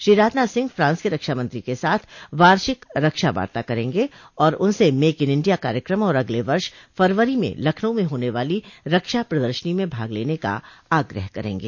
Shri Rajnath Singh France के रक्षामंत्री के साथ वार्षिक रक्षा वार्ता करेंगे और उनसे मेक इन इंडिया कार्यक्रम और अगले वर्ष फरवरी में लखनऊ में होने वाली रक्षा प्रदर्शनी में भाग लेने का आग्रह करगे